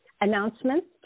announcements